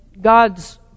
God's